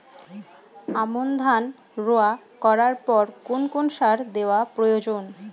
আমন ধান রোয়া করার পর কোন কোন সার দেওয়া প্রয়োজন?